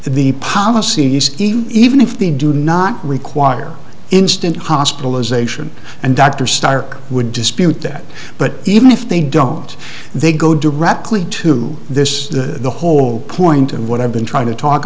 policies even if they do not require instant hospitalization and dr stark would dispute that but even if they don't they go directly to this the whole point and what i've been trying to talk